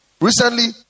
Recently